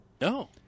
No